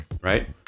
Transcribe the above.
Right